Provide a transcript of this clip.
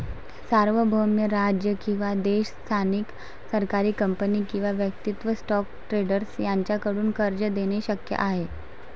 सार्वभौम राज्य किंवा देश स्थानिक सरकारी कंपनी किंवा वैयक्तिक स्टॉक ट्रेडर यांच्याकडून कर्ज देणे शक्य आहे